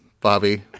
Bobby